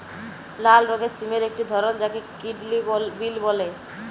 লাল রঙের সিমের একটি ধরল যাকে কিডলি বিল বল্যে